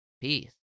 Peace